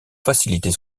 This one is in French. faciliter